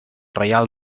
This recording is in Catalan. reial